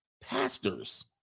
pastors